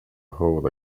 hold